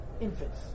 infants